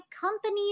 companies